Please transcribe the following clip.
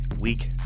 week